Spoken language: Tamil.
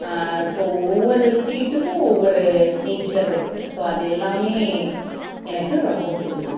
ஸோ ஒவ்வொரு ஸ்டேட்டுக்கும் ஒவ்வொரு நேச்சர் இருக்குது ஸோ அது எல்லாமே எனக்கு ரொம்ப பிடிக்கும்